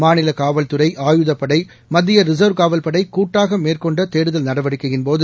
மாநில காவல்துறை ஆயுதப்படை மத்திய ரிசர்வ் காவல்படை கூட்டாக மேற்கொண்ட தேடுதல் நடவடிக்கையின்போது